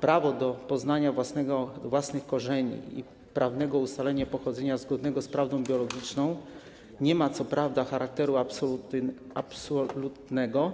Prawo do poznania własnych korzeni i prawnego ustalenia pochodzenia zgodnego z prawdą biologiczną nie ma co prawda charakteru absolutnego,